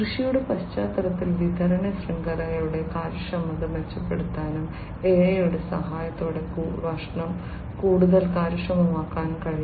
കൃഷിയുടെ പശ്ചാത്തലത്തിൽ വിതരണ ശൃംഖലയുടെ കാര്യക്ഷമത മെച്ചപ്പെടുത്താനും AI യുടെ സഹായത്തോടെ ഭക്ഷണം കൂടുതൽ കാര്യക്ഷമമാക്കാനും കഴിയും